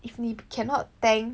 if 你 cannot tank